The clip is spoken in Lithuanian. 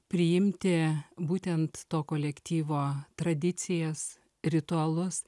priimti būtent to kolektyvo tradicijas ritualus